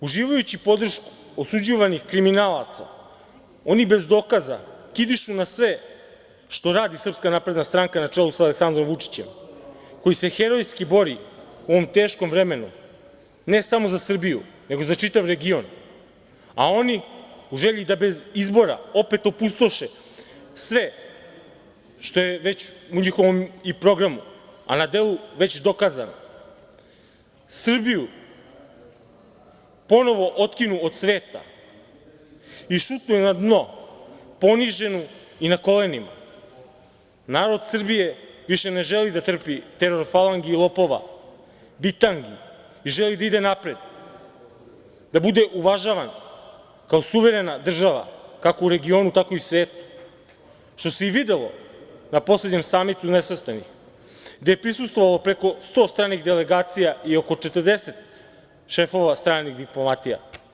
Uživajući podršku osuđivanih kriminalaca oni bez dokaza kidišu na sve što radi SNS na čelu sa Aleksandrom Vučićem koji se herojski bori u ovom teškom vremenu ne samo za Srbiju, nego za čitav region, a oni u želji da bez izbora opet opustoše sve što je već u njihovom programu, a na delu već dokazano, Srbiju ponovo otkinu od sveta i šutnu je na dno, poniženu i na kolenima, narod Srbije više ne želi da trpi teror falangi i lopova, bitangi i želi da ide napred, da bude uvažavan kao suverena država kako u regionu, tako i u svetu, što se i videlo na poslednjem Samitu nesvrstanih gde je prisustvovalo preko 100 stranih delegacija i 40 šefova stranih diplomatija.